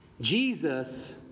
Jesus